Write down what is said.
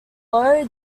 low